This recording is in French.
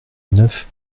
neuf